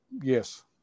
Yes